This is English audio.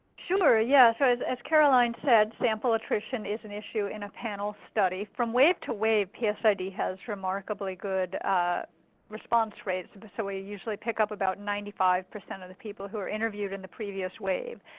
sure, yes. as as caroline said, sample attrition is an issue in a panel study. from wave to wave, yeah ah psid has remarkably good response rates but so we usually pick up about ninety five percent of the people who are interviewed in the previous wave.